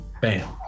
Bam